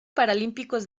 paralímpicos